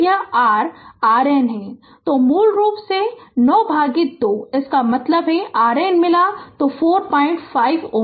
तो मूल रूप से 9 भागित 2 तो इसका मतलब है कि RN मिला है तो 45 Ω